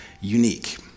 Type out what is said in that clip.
unique